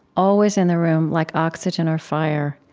always in the room like oxygen or fire.